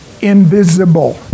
invisible